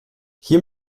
hier